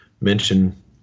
mention